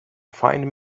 find